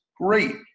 Great